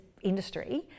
industry